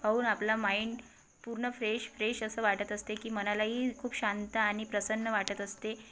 होऊन आपला माइंड पूर्ण फ्रेश फ्रेश असं वाटत असते की मनालाही खूप शांत आणि प्रसन्न वाटत असते